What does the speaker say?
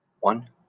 One